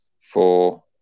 four